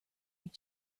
your